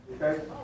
okay